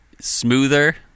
Smoother